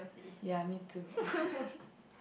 ya me too